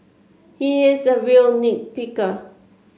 he is a real nit picker